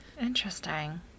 Interesting